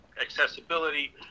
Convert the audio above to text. accessibility